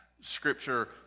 scripture